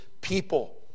people